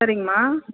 சரிங்கம்மா